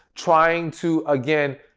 trying to again,